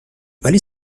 ولی